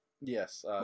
Yes